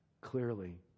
Clearly